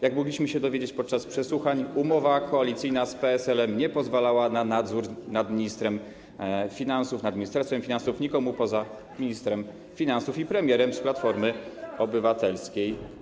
Jak mogliśmy się dowiedzieć podczas przesłuchań, umowa koalicyjna z PSL-em nie pozwalała na nadzór nad ministrem finansów, nad administracją finansów nikomu poza ministrem finansów i premierem z Platformy Obywatelskiej.